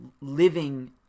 living